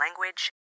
language